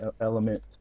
element